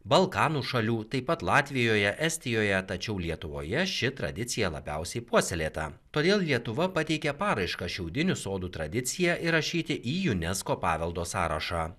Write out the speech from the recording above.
balkanų šalių taip pat latvijoje estijoje tačiau lietuvoje ši tradicija labiausiai puoselėta todėl lietuva pateikė paraišką šiaudinių sodų tradiciją įrašyti į unesco paveldo sąrašą